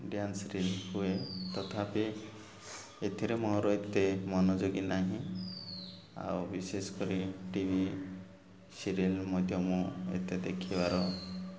dance reel ହୁଏ ତଥାପି ଏଥିରେ ମୋର ଏତେ ମନଯୋଗୀ ନାହିଁ ଆଉ ବିଶେଷ କରି ଟି ଭି ସିରିଏଲ ମଧ୍ୟ ମୁଁ ଏତେ ଦେଖିବାର